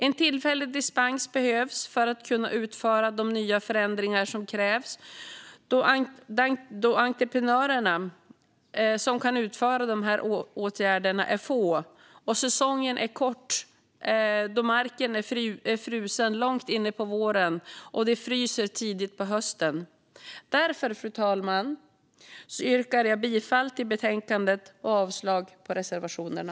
En tillfällig dispens behövs för att kunna utföra de nya förändringar som krävs då de entreprenörer som kan utföra dessa åtgärder är få. Dessutom är säsongen kort eftersom marken är frusen långt in på våren och det fryser tidigt på hösten. Därför, fru talman, yrkar jag bifall till förslaget i betänkandet och avslag på reservationerna.